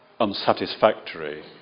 unsatisfactory